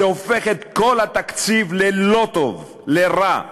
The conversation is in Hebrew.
וזה הופך את כל התקציב ללא טוב, לרע.